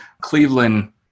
Cleveland